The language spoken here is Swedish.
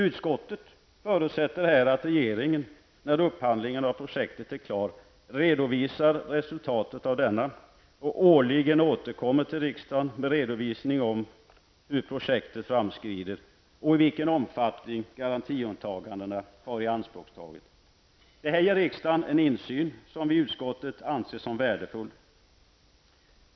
Utskottet förutsätter att regeringen, när upphandlingen av projektet är klar, redovisar resultatet av denna och årligen återkommer till riksdagen med redovisning av hur projektet framskrider och i vilken omfattning garantiåtagandena har ianspråktagits. Detta ger riksdagen en insyn som vi i utskottet anser värdefull.